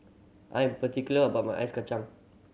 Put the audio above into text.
I'm particular about my Ice Kachang